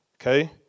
Okay